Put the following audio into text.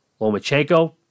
Lomachenko